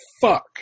fuck